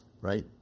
right